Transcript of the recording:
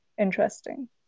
interesting